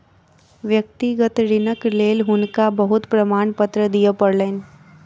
व्यक्तिगत ऋणक लेल हुनका बहुत प्रमाणपत्र दिअ पड़लैन